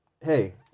hey